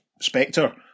Spectre